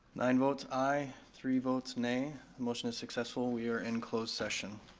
nine votes aye, three votes nay. the motion is successful, we are in closed session.